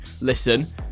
Listen